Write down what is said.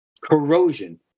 corrosion